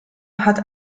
hat